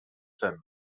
zen